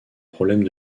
problèmes